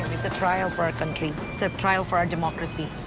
um it's a trial for our country, it's a trial for our democracy.